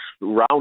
round